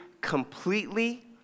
completely